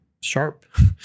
sharp